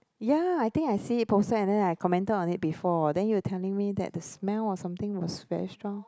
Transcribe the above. ya I think I see it posted and then I commented on it before and then you were telling me that the smell or something is very strong